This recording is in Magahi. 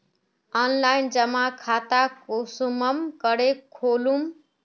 ऑनलाइन जमा खाता कुंसम करे खोलूम?